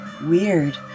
weird